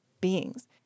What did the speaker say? beings